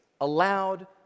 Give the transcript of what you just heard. allowed